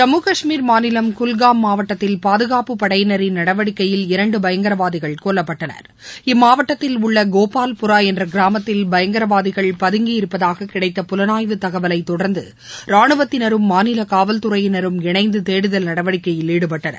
ஜம்மு கஷ்மீர் மாநிலம் குல்காம் மாவட்டத்தில் பாதுகாப்புப் படையிளரின் நடவடிக்கையில் இரண்டுபயங்கரவாதிகள் கொல்லப்பட்டனர் இம்மாவட்டத்தில் உள்ளகோபாவ்புரா என்றகிராமத்தில் பயங்கரவாதிகள் பதங்கி இருப்பதாகக் கிடைத்த புலனாய்வு தகவலைத் தொடர்ந்தரானுவத்தினரும் மாநிலகாவல்துறையினரும் இணைந்துதேடுதல் நடவடிக்கையில் ஈடுபட்டனர்